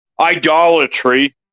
Idolatry